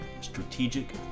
strategic